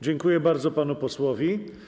Dziękuję bardzo panu posłowi.